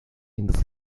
into